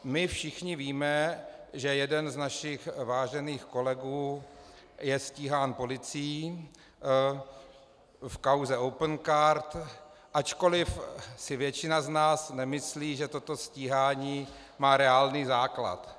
My všichni víme, že jeden z našich vážených kolegů je stíhán policií v kauze Opencard, ačkoliv si většina z nás nemyslí, že toto stíhání má reálný základ.